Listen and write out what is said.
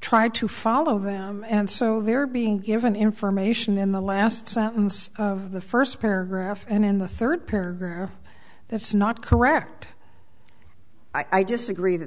try to follow them and so they're being given information in the last sentence of the first paragraph and in the third paragraph that's not correct i disagree that